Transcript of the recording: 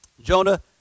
Jonah